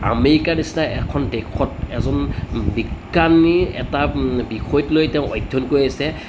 আমেৰিকাৰ নিচিনা এখন দেশত এজন বিজ্ঞানী এটা বিষয়ত লৈ তেওঁ অধ্যয়ন কৰি আছে